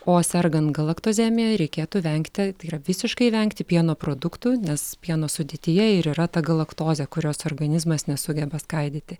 o sergant galaktozemija reikėtų vengti tai yra visiškai vengti pieno produktų nes pieno sudėtyje ir yra ta galaktozė kurios organizmas nesugeba skaidyti